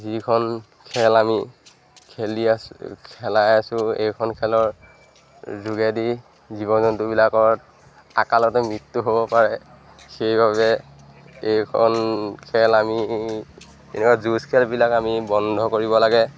যিখন খেল আমি খেলি আছো খেলাই আছোঁ এইখন খেলৰ যোগেদি জীৱ জন্তুবিলাকত অকালতে মৃত্যু হ'ব পাৰে সেইবাবে এইখন খেল আমি এনেকুৱা যুঁজ খেলবিলাক আমি বন্ধ কৰিব লাগে